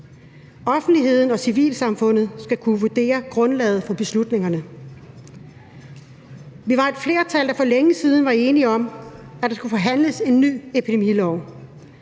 Offentligheden og civilsamfundet skal kunne vurdere grundlaget for beslutningerne. Vi var et flertal, der for længe siden var enige om, at der skulle forhandles en ny epidemilov.